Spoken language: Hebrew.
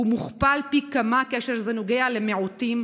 הוא מוכפל פי כמה כאשר זה נוגע למיעוטים,